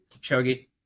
Chogi